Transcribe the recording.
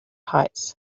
heights